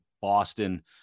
Boston